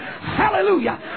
Hallelujah